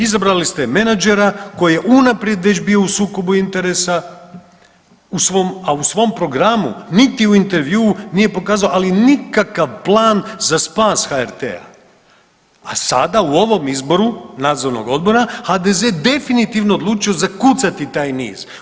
Izabrali ste menadžera koji je unaprijed već bio u sukobu interesa, a u svom programu niti u intervjuu nije pokazao ali nikakav plan za spas HRT-a, a sada u ovom izboru nadzornog odbora HDZ je definitivno odlučio zakucati taj niz.